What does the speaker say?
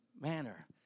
manner